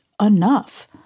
enough